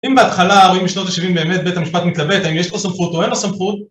אם בהתחלה, רואים משנות ה-70 באמת, בית המשפט מתלבט: האם יש לו סמכות, או אין לו סמכות.